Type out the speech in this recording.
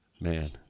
Man